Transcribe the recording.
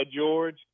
George